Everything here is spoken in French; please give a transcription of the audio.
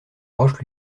roche